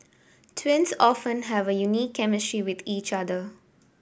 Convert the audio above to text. twins often have a unique chemistry with each other